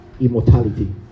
Immortality